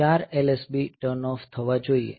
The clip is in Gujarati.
4 LSB ટર્ન ઓફ થવા જોઈએ